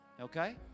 okay